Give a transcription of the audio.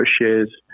shares